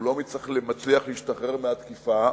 והוא לא מצליח להשתחרר מהתקיפה.